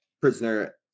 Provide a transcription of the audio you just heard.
prisoner